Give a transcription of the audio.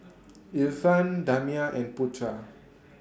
Irfan Damia and Putra